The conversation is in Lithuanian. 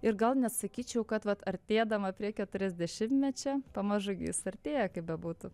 ir gal net sakyčiau kad artėdama prie keturiasdešimtmečio pamažu gi jis artėja kaip bebūtų